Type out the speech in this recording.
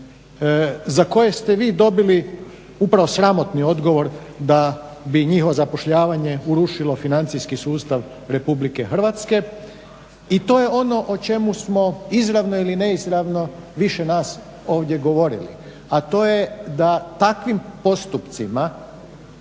za koje ste vi dobili upravo sramotni odgovor da bi njihovo zapošljavanje urušilo financijski sustav Republike Hrvatske. I to je ono o čemu smo izravno ili neizravno više nas ovdje govorili, a to je da takvim postupcima